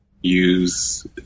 use